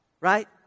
right